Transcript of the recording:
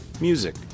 music